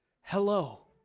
Hello